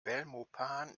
belmopan